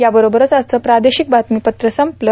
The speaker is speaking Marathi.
याबरोबरच आजचं प्रादेशिक बातमीपत्र संपलं